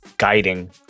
guiding